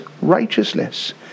righteousness